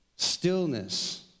Stillness